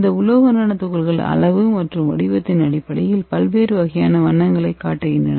இந்த உலோக நானோ துகள்கள் அளவு மற்றும் வடிவத்தின் அடிப்படையில் பல்வேறு வகையான வண்ணங்களை ஏன் காட்டுகின்றன